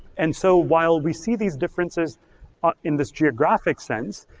and so while we see these differences in this geographic sense,